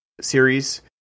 series